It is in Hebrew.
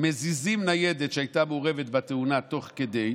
מזיזים ניידת שהייתה מעורבת בתאונה תוך כדי,